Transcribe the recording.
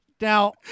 Now